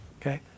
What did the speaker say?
Okay